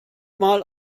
mal